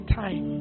time